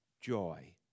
joy